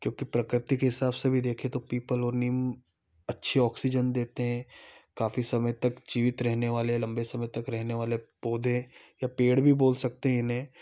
क्योंकि प्रकृति के हिसाब से भी देखें तो पीपल और नीम अच्छे ऑक्सीजन देते हैं काफी समय तक जीवित रहने वाले लंबे समय तक रहने वाले पौधे या पेड़ भी बोल सकते हैं इन्हें